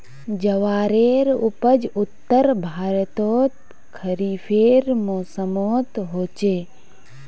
ज्वारेर उपज उत्तर भर्तोत खरिफेर मौसमोट होचे